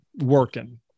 working